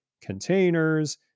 containers